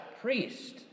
priest